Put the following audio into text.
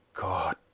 God